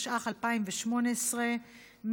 התשע"ח2018 .